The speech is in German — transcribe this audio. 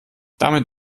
damit